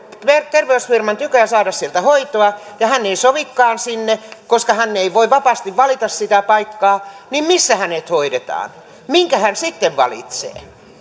terveysfirman tykö ja saada sieltä hoitoa ja hän ei sovikaan sinne koska hän ei voi vapaasti valita sitä paikkaa niin missä hänet hoidetaan minkä hän sitten valitsee